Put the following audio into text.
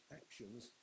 actions